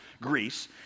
Greece